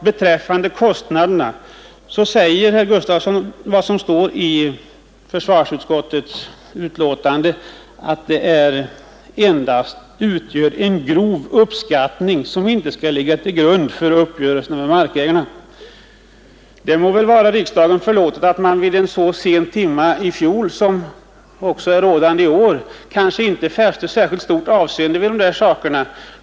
Beträffande kostnaderna upprepar herr Gustafsson i Uddevalla vad som står i försvarsutskottets betänkande, att kostnadsbedömningen ”endast utgör en grov uppskattning som inte skall ligga till grund för uppgörelserna med markägarna”. Det må väl vara riksdagen förlåtet att den vid den sena timme i fjol då beslutet fattades inte fäste särskilt stort avseende vid alla detaljer.